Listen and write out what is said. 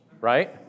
right